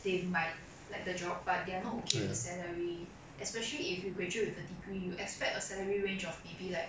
they might like the job but they are not okay with the salary especially if you graduate with a degree you expect a salary range of maybe like